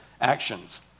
actions